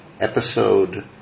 episode